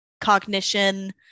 cognition